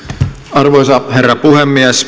arvoisa herra puhemies